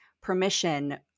permission